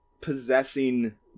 possessing